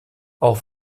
auch